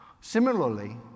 Similarly